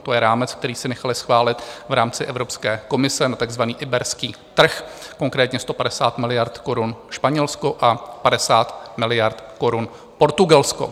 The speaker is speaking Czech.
To je rámec, který si nechaly schválit v rámci Evropské komise na takzvaný iberský trh, konkrétně 150 miliard korun Španělsko a 50 miliard korun Portugalsko.